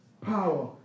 power